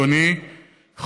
אדוני,